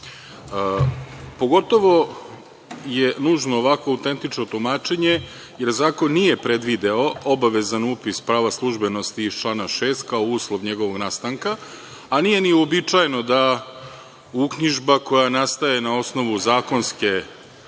postupak. Pogotovo je nužno ovakvo autentično tumačenje, jer zakon nije predvideo obavezan upis prava službenosti iz člana 6. kao uslov njegovog nastanka, a nije ni uobičajeno da uknjižba koja nastaje na osnovu zakonske